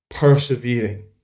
persevering